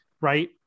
right